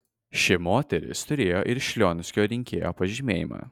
ši moteris turėjo ir šlionskio rinkėjo pažymėjimą